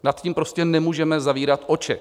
Nad tím prostě nemůžeme zavírat oči.